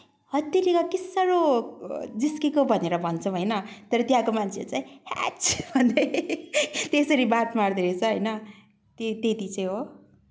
हैत्तेरिका के सारो जिस्किएको भनेर भन्छौँ होइन तर त्यहाँको मान्छेहरू चाहिँ हैच भन्दै त्यसरी बात मार्दोरहेछ होइन त्यति चाहिँ हो